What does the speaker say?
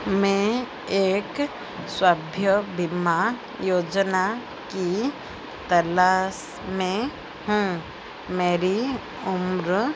मैं एक सभ्य बीमा योजना की तलाश में हूँ मेरी उम्र